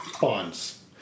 Bonds